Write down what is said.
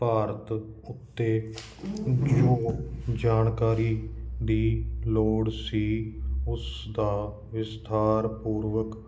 ਭਾਰਤ ਉੱਤੇ ਜੋ ਜਾਣਕਾਰੀ ਦੀ ਲੋੜ ਸੀ ਉਸ ਦਾ ਵਿਸਥਾਰਪੂਰਵਕ